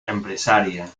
empresaria